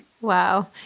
Wow